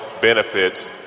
benefits